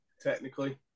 technically